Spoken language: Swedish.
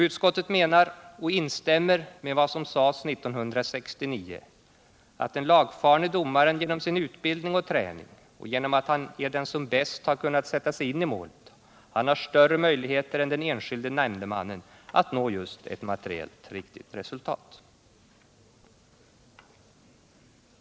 Utskottet instämmer i vad som sades 1969, att den lagfarne domaren genom sin utbildning och träning och genom att han är den som bäst har kunnat sätta sig in i målet har större möjligheter än den enskilde nämndemannen att nå ett materiellt riktigt resultat.